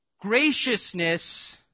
graciousness